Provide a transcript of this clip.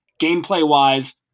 gameplay-wise